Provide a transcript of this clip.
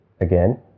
Again